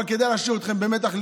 אבל כדי להשאיר אתכם במתח,